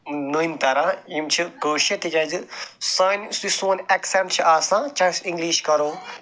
نٔنۍ ترٛان یِم چھِ کٲشِر تِکیٛازِ سانہِ یُس سون ایٚکسیٚنٛٹ چھُ آسان چاہے أسۍ انٛگلش کَرو